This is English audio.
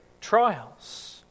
trials